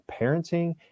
parenting